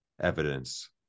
evidence